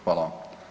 Hvala vam.